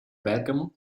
bergamo